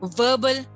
verbal